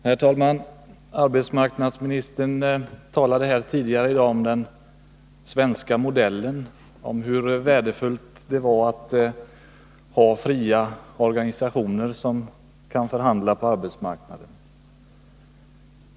Herr talman! Arbetsmarknadsministern talade tidigare i dag om den svenska modellen och om hur värdefullt det är att ha fria organisationer som kan förhandla på arbetsmarknaden.